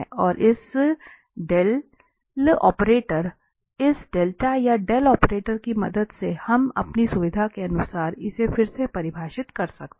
और इस या डेल ऑपरेटर की मदद से हम अपनी सुविधा के लिए इसे फिर से परिभाषित कर सकते हैं